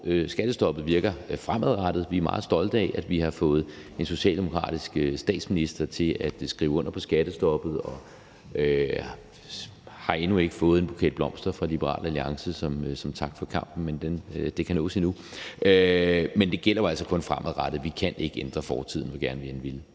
skattestoppet virker fremadrettet. Vi er meget stolte af, at vi har fået en socialdemokratisk statsminister til at skrive under på skattestoppet, og vi har endnu ikke fået en buket blomster fra Liberal Alliance som tak for kampen, men det kan nås endnu. Men det gælder jo altså kun fremadrettet. Vi kan ikke ændre fortiden, hvor gerne vi end ville.